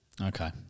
Okay